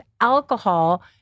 alcohol